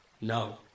No